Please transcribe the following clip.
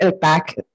back